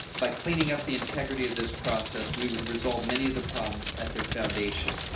by cleaning up the integrity of this process, we would resolve many of the problems at their foundation.